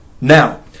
now